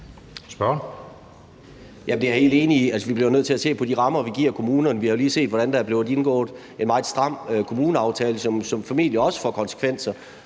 vi bliver nødt til at se på de rammer, vi giver kommunerne. Vi har lige set, hvordan der er blevet indgået en meget stram kommuneaftale, som formentlig også får konsekvenser